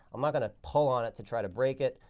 i'm not going to pull on it to try to break it,